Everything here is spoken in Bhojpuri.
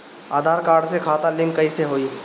आधार कार्ड से खाता लिंक कईसे होई?